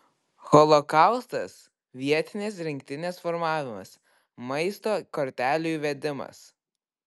holokaustas vietinės rinktinės formavimas maisto kortelių įvedimas